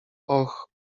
och